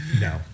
no